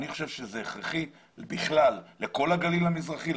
אני חושב שזה הכרחי לכל הגליל המזרחי,